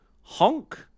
honk